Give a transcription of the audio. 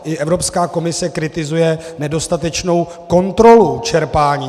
I Evropská komise kritizuje nedostatečnou kontrolu čerpání.